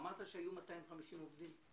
אמרת שהיו 250 עובדים.